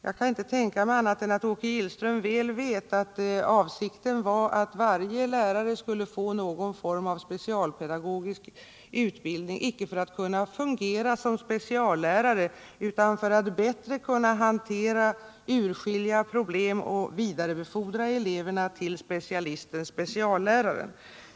Jag kan inte tänka mig annat än att Åke Gillström väl vet att avsikten var att varje lärare skulle få någon form av specialpedagogisk utbildning — inte för att kunna fungera som speciallärare utan för att bättre kunna urskilja problem och vidarebefordra eleverna till specialläraren.